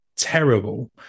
terrible